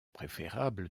préférable